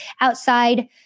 outside